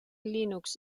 linux